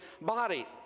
body